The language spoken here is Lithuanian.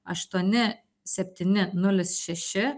aštuoni septyni nulis šeši